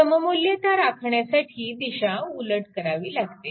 सममुल्यता राखण्यासाठी दिशा उलट करावी लागते